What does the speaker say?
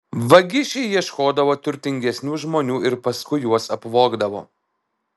vagišiai ieškodavo turtingesnių žmonių ir paskui juos apvogdavo